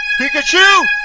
Pikachu